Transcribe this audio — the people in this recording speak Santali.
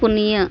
ᱯᱩᱱᱭᱟᱹ